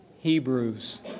Hebrews